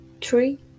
three